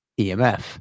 emf